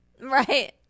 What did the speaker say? Right